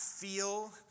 feel